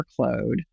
workload